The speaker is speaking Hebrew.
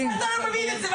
ואתה לא מבין את זה.